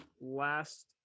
last